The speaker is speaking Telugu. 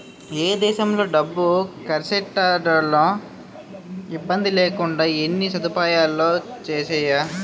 ఏ దేశంలో డబ్బు కర్సెట్టడంలో ఇబ్బందిలేకుండా ఎన్ని సదుపాయాలొచ్చేసేయో